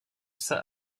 saint